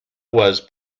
was